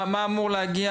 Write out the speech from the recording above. מה אמור להגיע,